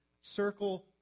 Circle